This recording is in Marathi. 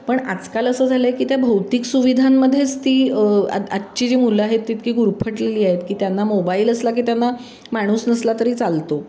पण आजकाल असं झालं आहे की त्या भौतिक सुविधांमध्येच ती आज आजची जी मुलं आहेत ती इतकी गुरफटलेली आहेत की त्यांना मोबाईल असला की त्यांना माणूस नसला तरी चालतो